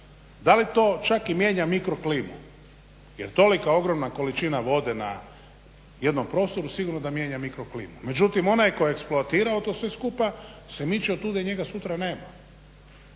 Da li to čak i mijenja mikroklimu? Jer tolika ogromna količina vode na jednom prostoru sigurno da mijenja mikroklimu. Međutim, onaj tko je eksploatirao to sve skupa se miče otuda i njega sutra nema.